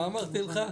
מה אמרתי לך?